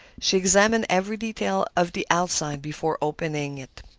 she examined every detail of the outside before opening it.